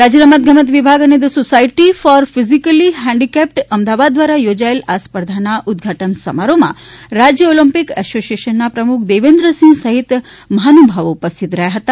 રાજ્ય રમતગમત વિભાગ અને the society for physically handicapped Ahmedabad દ્રારા યોજાયેલ આ સ્પર્ધાના ઉદ્દધાટન સમારોહમાં રાજ્ય ઓલોમ્પીક એસોસીએશનના પ્રમુખ દેવેન્દ્રસિંહ સહિત મહાનુભાવો ઇપસ્થિત રહ્યા હતા